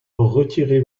retirez